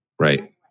Right